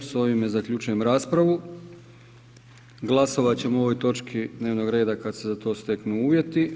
S ovime zaključujem raspravu., Glasovat ćemo o ovoj točki dnevnoga reda kada se za to steknu uvjeti.